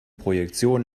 projektion